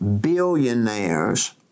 Billionaires